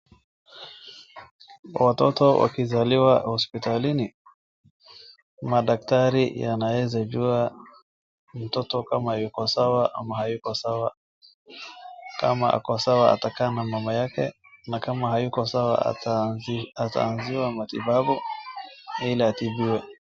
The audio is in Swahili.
Watoto wakizaliwa hospitalini, madaktari yanaweza jua mtoto yuko sawa ama hayuko sawa. Kama ako sawa atakaa na mama yake na kama hayuko sawa ataanziwa matibabu ili atibiwe.